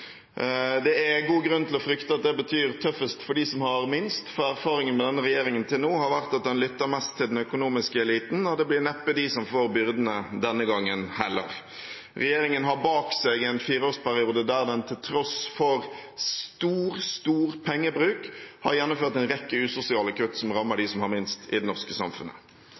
Det er god grunn til å frykte at det betyr at det blir tøffest for dem som har minst, for erfaringen med denne regjeringen til nå har vært at den lytter mest til den økonomiske eliten. Det blir neppe den som får byrdene denne gangen heller. Regjeringen har bak seg en fireårsperiode der den til tross for stor, stor pengebruk har gjennomført en rekke usosiale kutt, som rammer dem som har minst i det norske samfunnet.